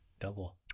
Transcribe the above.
double